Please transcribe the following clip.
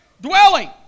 dwelling